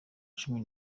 cumi